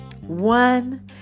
One